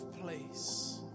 place